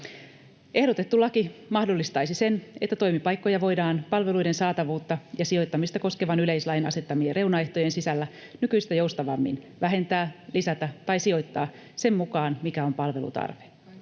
Ehdotettu laki mahdollistaisi sen, että toimipaikkoja voidaan palveluiden saatavuutta ja sijoittamista koskevan yleislain asettamien reunaehtojen sisällä nykyistä joustavammin vähentää, lisätä tai sijoittaa sen mukaan, mikä on palvelutarve.